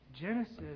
Genesis